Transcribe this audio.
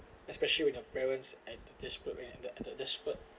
especially when your parents at the desperate when at the at the desperate